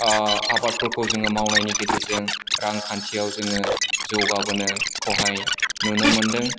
आबादफोरखौ जोङो मावनायनि गेजेरजों रांंखान्थियाव जोङो जौगाबोनोखौहाय नुनो मोन्दों